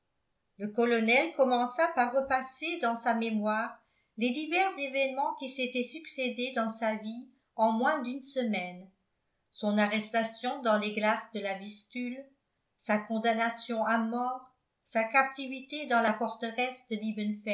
le colonel commença par repasser dans sa mémoire les divers événements qui s'étaient succédé dans sa vie en moins d'une semaine son arrestation dans les glaces de la vistule sa condamnation à mort sa captivité dans la